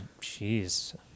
Jeez